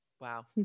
Wow